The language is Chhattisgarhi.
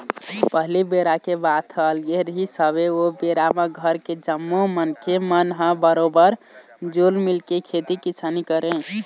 पहिली बेरा के बात ह अलगे रिहिस हवय ओ बेरा म घर के जम्मो मनखे मन ह बरोबर जुल मिलके खेती किसानी करय